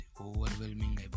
overwhelming